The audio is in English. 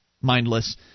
mindless